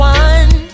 one